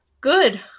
Good